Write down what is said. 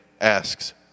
asks